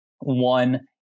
One